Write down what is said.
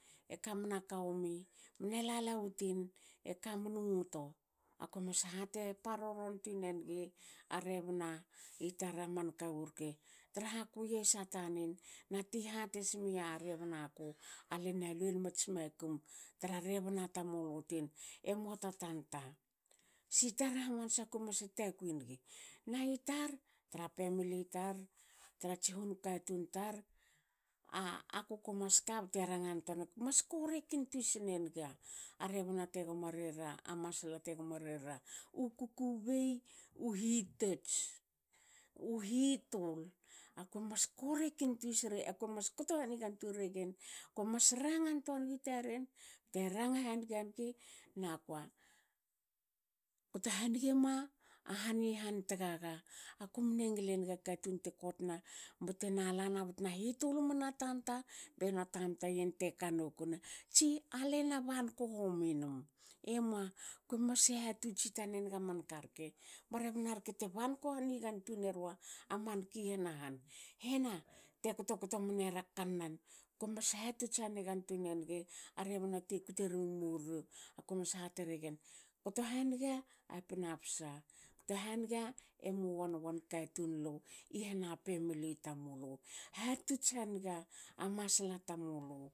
Ekamna ka omi mne lalawu tin e kamnu ngto akue mas hati paroron tuinenigi a rebna i tar amanka wureke traha aku yesa tanen na ti hatesmia rebna ku. ale na lbe mnats makum tra rebn tamulu tin emua ta tanta tar hamansa akue mas hatakui nigi. na i tar tra pemili tar. trats hunkatun tar aku ko mas ka bte rangantoa naga mas korek intui snenga a rebna te gmo rera masla te gmo rera u kukubei. u hitots. u hitul akue mas korek intui mas kto hanigantuin regen. ko mas rangantoa tuanigi taren bte ranga haniga nigi nakua kto hanige ma a han tagaga. aku mne ngile naga katun te kotna btena lana btena hitul mna tanta bena tamta yen te kanokuna tsi ale na banko hominum. emua. kue mas hihatotsi taninaga manka rke ba rebna rke te banko hanigantuin erua manki hanahan. Hen ate kto- kto mnera kannan. komas hatots hanigantuinenigi a rebna te kute rmi murru kue mas hati regen kto haniga a pinapsa. kto haniga emu wanwan katun lu i hana pemili tamulu. hatots haniga masla tamulu